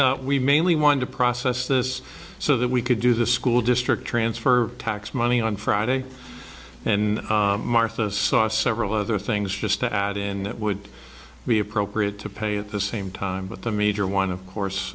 that we mainly wanted to process this so that we could do the school district transfer tax money on friday and martha's saw several other things just to add in that would be appropriate to pay at the same time but the major one of course